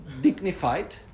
dignified